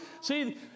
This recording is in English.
see